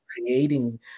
creating